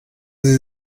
sie